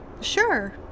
Sure